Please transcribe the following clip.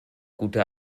gute